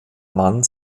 mann